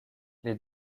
les